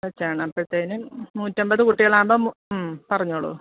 വച്ചാണ് അപ്പോഴത്തേനും നൂറ്റി അൻപത് കുട്ടികളാകുമ്പം പറഞ്ഞോളു